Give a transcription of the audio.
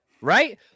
right